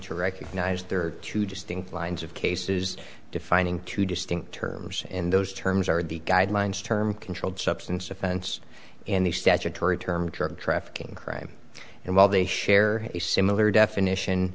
to recognize there are two distinct lines of cases defining two distinct terms in those terms are the guidelines term controlled substance offense and the statutory term drug trafficking crime and while they share a similar definition